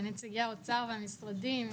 נציגי האוצר והמשרדים,